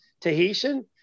tahitian